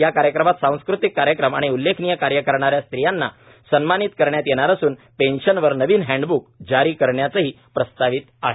या कार्यक्रमात सांस्कृतिक कार्यक्रम आणि उल्लेखनिय कार्य करणाऱ्या स्त्रियांना सन्मानित करण्यात येणार असून पेंशनवर नवीन हँडबूक जारी करण्याचंही प्रस्तावित आहे